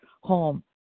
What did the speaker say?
home